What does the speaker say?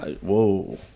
whoa